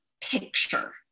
picture